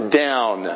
down